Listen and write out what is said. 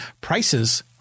prices